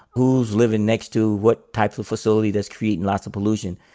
who's living next to what type of facility that's creating lots of pollution.